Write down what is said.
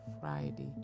Friday